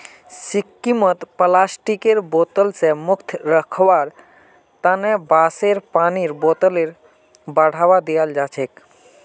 सिक्किमत प्लास्टिकेर बोतल स मुक्त रखवार तना बांसेर पानीर बोतलेर बढ़ावा दियाल जाछेक